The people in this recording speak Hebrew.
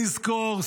נזכור,